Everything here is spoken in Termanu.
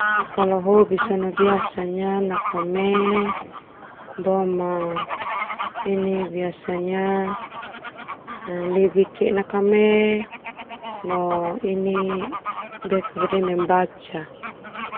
Hobi sona biasanya nakame no membaca.